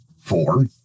Four